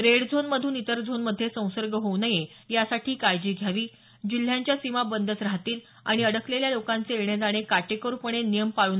red झोनमधून इतर झोनमध्ये संसर्गहोऊ नये यासाठी काळजी घ्यावी ल जिल्ह्यांच्या सीमा बंदच राहती नच होईल हेही त्यांनी आणि अडकलेल्या लोकांचे येणे जाणे काटेकोरपणे नियम पाळू